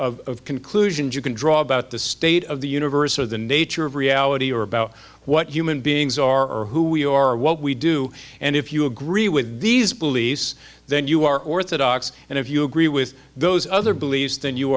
conclusive of conclusions you can draw about the state of the universe or the nature of reality or about what human beings are or who we are what we do and if you agree with these police then you are orthodox and if you agree with those other beliefs then you